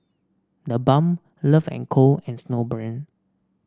The Balm Love And Co and Snowbrand